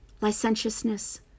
licentiousness